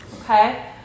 Okay